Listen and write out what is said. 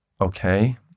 Okay